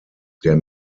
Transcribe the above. der